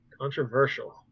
Controversial